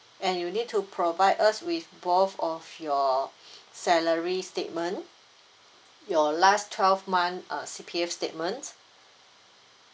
and you need to provide us with both of your salary statement your last twelve month uh C_P_F statement